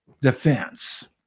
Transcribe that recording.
defense